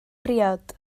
briod